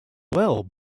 well